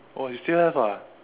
oh you still have ah